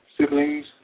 siblings